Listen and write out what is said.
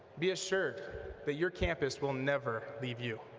be assured that your campus will never leave you.